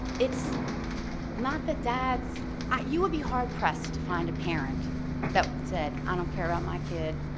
it's not that dads you would be hard pressed to find a parent that said, i don't care about my kid,